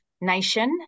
nation